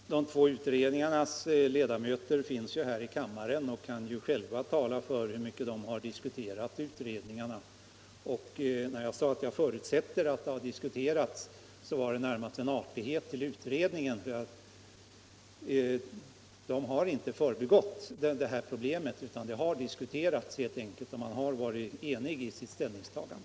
Fru talman! De två utredningarnas ledamöter finns ju här i kammaren och kan själva tala om hur mycket de har diskuterat frågan. När jag sade att jag förutsätter att man har diskuterat den ingående så var det närmast en artighet mot utredningarna. De har inte förbigått problemet, och de har varit enhälliga i sitt ställningstagande.